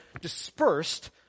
dispersed